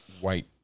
white